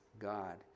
God